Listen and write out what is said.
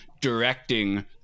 directing